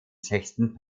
sechsten